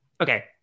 Okay